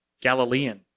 Galilean